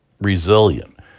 resilient